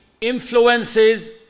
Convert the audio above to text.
influences